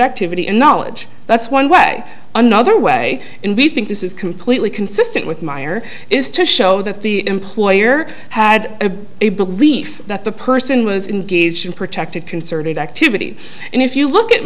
activity and knowledge that's one way or another way in we think this is completely consistent with meyer is to show that the employer had a belief that the person was engaged in protected concerted activity and if you look at